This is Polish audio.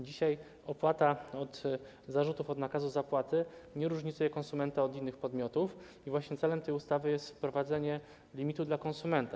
Dzisiaj opłata od zarzutów od nakazu zapłaty nie różnicuje konsumenta od innych podmiotów i właśnie celem tej ustawy jest wprowadzenie limitu dla konsumenta.